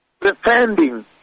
defending